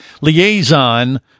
liaison